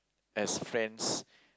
as friends